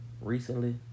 recently